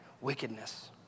wickedness